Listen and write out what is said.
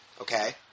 Okay